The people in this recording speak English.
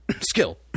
skill